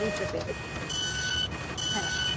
বুঝতে পেরেছি হ্যাঁ